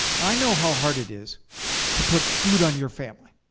i know how hard it is to put food on your family.